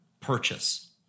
Purchase